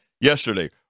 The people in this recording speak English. yesterday